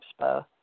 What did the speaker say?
Expo